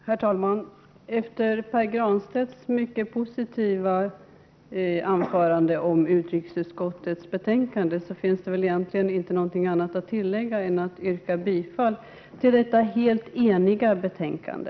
Herr talman! Efter Pär Granstedts mycket positiva anförande om utrikesutskottets betänkande finns det egentligen inte något annat att tillägga än att yrka bifall till utskottets hemställan, eftersom det råder full enighet om detta betänkande.